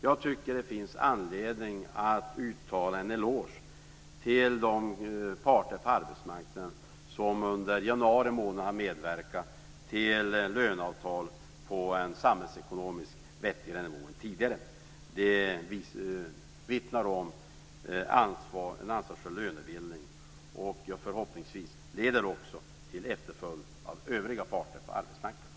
Jag tycker att det finns anledning att uttala en eloge till de parter på arbetsmarknaden som under januari månad har medverkat till löneavtal på en samhällsekonomiskt vettigare nivå än tidigare. Det vittnar om en ansvarsfull lönebildning, och det leder förhoppningsvis också till efterföljd av övriga parter på arbetsmarknaden.